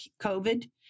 COVID